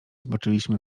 zboczyliśmy